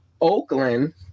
Oakland